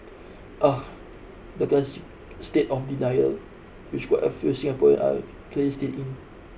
the classic state of denial which quite a few Singaporean are clearly still in